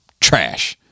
trash